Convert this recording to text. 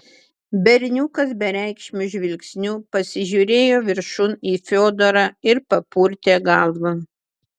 berniukas bereikšmiu žvilgsniu pasižiūrėjo viršun į fiodorą ir papurtė galvą